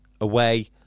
away